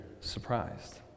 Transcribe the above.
surprised